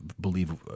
believe